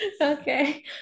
okay